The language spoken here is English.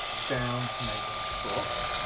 down to make his foot